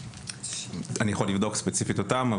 אני יכול לבדוק ספציפית אותם,